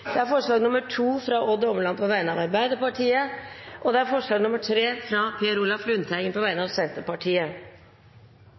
Kristelig Folkeparti forslag nr. 2, fra Odd Omland på vegne av Arbeiderpartiet forslag nr. 3, fra Per Olaf Lundteigen på vegne av Senterpartiet